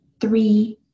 three